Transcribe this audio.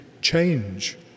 change